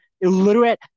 illiterate